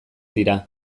dira